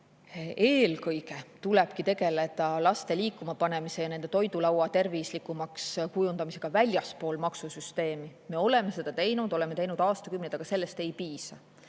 eelkõige tulebki tegeleda laste liikuma panemise ja nende toidulaua tervislikumaks kujundamisega väljaspool maksusüsteemi. Me oleme seda teinud, oleme teinud aastakümneid, aga sellest ei piisa.